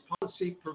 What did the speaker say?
policy